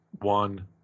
one